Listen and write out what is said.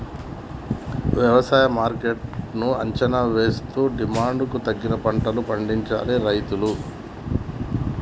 వ్యవసాయ మార్కెట్ ను అంచనా వేస్తూ డిమాండ్ కు తగ్గ పంటలను పండించాలి రైతులు